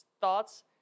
thoughts